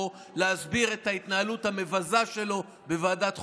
להסביר את ההתנהגות המבזה שלו בוועדת חוקה,